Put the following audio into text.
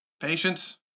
Patience